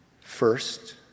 first